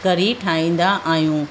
कढ़ी ठाहींदा आहियूं